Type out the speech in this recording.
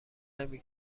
نمی